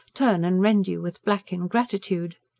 turn and rend you with black ingratitude.